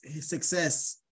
success